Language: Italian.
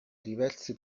diversi